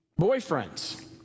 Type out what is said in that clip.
boyfriends